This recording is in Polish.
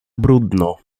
bródno